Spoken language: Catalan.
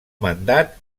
mandat